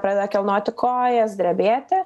pradeda kilnoti kojas drebėti